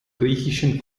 griechischen